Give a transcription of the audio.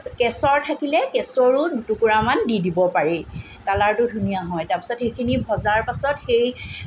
কেছৰ থাকিলে কেছৰো দুটুকুৰামান দি দিব পাৰি কালাৰটো ধুনীয়া হয় তাৰপিছত সেইখিনি ভজাৰ পাছত সেই